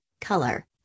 color